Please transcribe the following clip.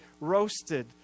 roasted